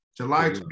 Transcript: July